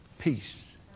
peace